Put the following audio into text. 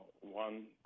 one